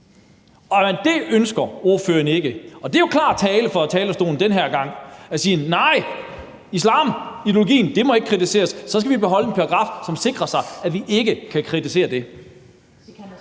Men det ønsker ordføreren ikke. Det er jo klar tale fra talerstolen den her gang at sige: Nej, islamideologien må ikke kritiseres, så skal vi beholde en paragraf, som sikrer, at vi ikke kan kritisere det.